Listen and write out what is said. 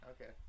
Okay